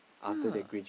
ya